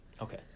Okay